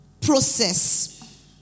process